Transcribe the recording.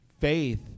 faith